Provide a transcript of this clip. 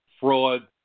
fraud